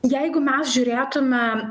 jeigu mes žiūrėtume